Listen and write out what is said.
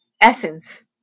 essence